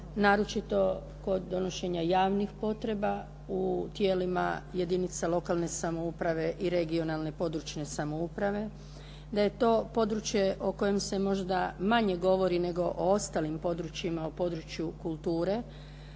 naročito kod donošenja javnih potreba u tijelima jedinica lokalne samouprave i regionalne područne samouprave, da je to područje u kojem se možda manje govori nego o ostalim područjima o području kulture,